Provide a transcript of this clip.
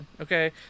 Okay